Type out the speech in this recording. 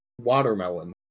watermelon